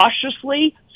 cautiously